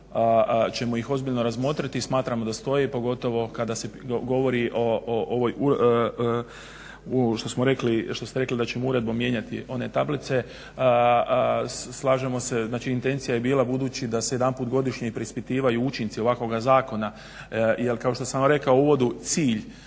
ćemo ih ozbiljno razmotriti, smatramo da stoje, pogotovo kada se govori o ovoj što smo rekli, što ste rekli da ćemo uredbom mijenjati one tablice, slažemo se, znači intencija je bila budući da se jedanput godišnje preispitivaju učinci ovakvoga zakona jer kao što sam rekao u uvodu cilj,